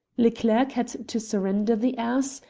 leclerc had to surrender the ass,